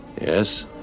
Yes